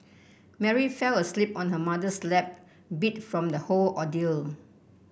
Mary fell asleep on her mother's lap beat from the whole ordeal